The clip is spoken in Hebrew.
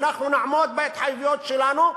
אנחנו נעמוד בהתחייבויות שלנו,